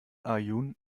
aaiún